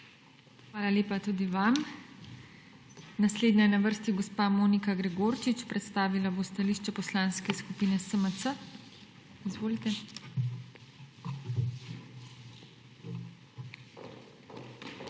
Hvala lepa tudi vam. Naslednja je na vrsti gospa Monika Gregorčič, predstavila bo stališče Poslanske skupine SMC. Izvolite. MONIKA